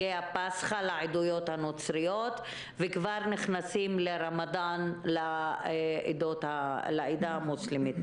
הפסחא לעדות הנוצריות וכבר נכנסים לרמדאן בעדה המוסלמית.